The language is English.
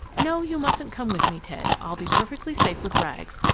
no, you mustn't come with me, ted. i'll be perfectly safe with rags,